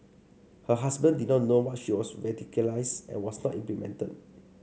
her husband did not know that she was radicalised and was not implicated